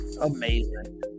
Amazing